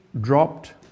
dropped